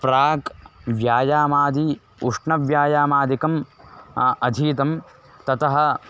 प्राक् व्यायामादि उष्णव्यायामादिकम् अधीतं ततः